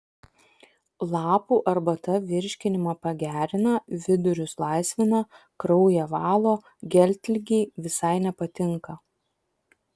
lapų arbata virškinimą pagerina vidurius laisvina kraują valo geltligei visai nepatinka